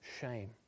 shame